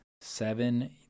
Seven